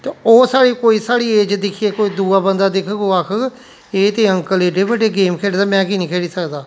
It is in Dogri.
ते ओह् साढ़ी कोई साढ़ी ऐज दिक्खयै कोई दूआ बंदा दिक्खग ओह् आक्खग एह् ते अकंल ऐड्डे बड्डे गेम खेढदे ना में कि नी खेढी सकदा